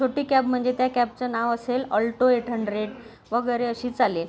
छोटी कॅब म्हणजे त्या कॅबचं नाव असेल अल्टो एट हंड्रेड वगैरे अशी चालेल